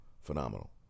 phenomenal